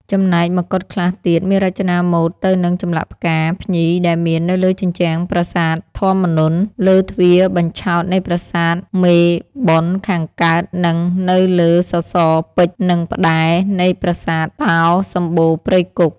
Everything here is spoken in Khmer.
ចំណែកមកុដខ្លះទៀតមានរចនាម៉ូតដូចទៅនិងចម្លាក់ផ្កា ភ្ញីដែលមាននៅលើជញ្ជ្រាំប្រាសាទធម្មនន្ទ លើទ្វារបញ្ឆោតនៃប្រាសាទមេបុណ្យខាងកើតនិង នៅលើសរសរពេជ្រ និងផ្ដែរ នៃប្រាសាទតោ សំបូរព្រៃគុក។